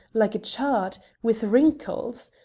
like a chart, with wrinkles,